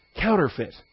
counterfeit